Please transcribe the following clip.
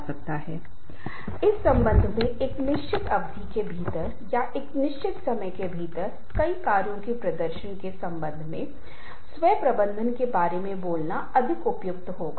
लेकिन आज हम दर्शकों की अवधारणा पर ध्यान केंद्रित करें आपके दर्शक कौन हैं और सबसे पहला सवाल यह है कि आपको किन बातों को ध्यान में रखना है क्योंकि आप एक प्रस्तुति के लिए अपने दर्शकों पर निर्भर रहेंगे